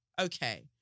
Okay